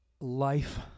life